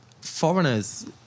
foreigners